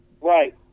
Right